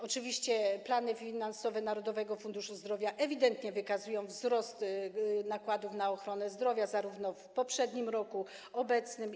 Oczywiście plany finansowe Narodowego Funduszu Zdrowia ewidentnie wykazują wzrost nakładów na ochronę zdrowia zarówno w poprzednim roku, jak i w obecnym.